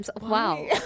Wow